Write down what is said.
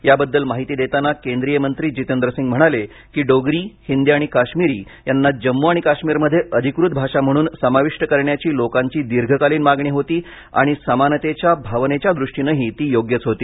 याबद्दल माहिती देताना केंद्रीय मंत्री जितेंद्र सिंग म्हणाले की डोगरी हिंदी आणि काश्मिरी यांना जम्मू आणि काश्मीरमध्ये अधिकृत भाषा म्हणून समाविष्ट करण्याची लोकांची दीर्घकालीन मागणी होती आणि समानतेच्या भावनेच्या दृष्टिनेही ती योग्यच होती